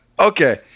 Okay